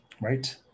right